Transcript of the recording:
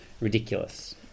Ridiculous